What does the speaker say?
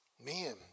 Man